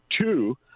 two